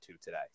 today